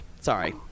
Sorry